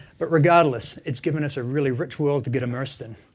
but regardless, it's given us a really rich world to get immersed in.